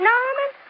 Norman